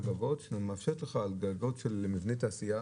שמאפשרת לך על גגות של מבני תעשייה